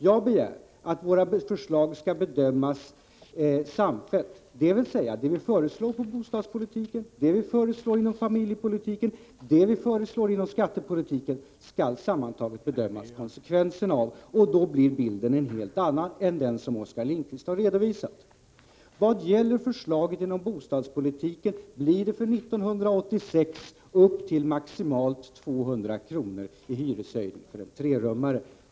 Jag begär att våra förslag skall bedömas sammantagna. Våra förslag inom bostadspolitiken, familjepolitiken, skattepolitiken osv. skall alltså bedömas sammantagna beträffande konsekvenserna. Och då blir bilden en helt annan än den som Oskar Lindkvist har redovisat. Vad gäller förslagen inom bostadspolitiken blir det för 1986 maximalt 200 kr. i hyreshöjning för en trerummare.